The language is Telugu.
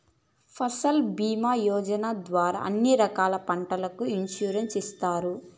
ఫసల్ భీమా యోజన ద్వారా అన్ని రకాల పంటలకు ఇన్సురెన్సు ఇత్తారు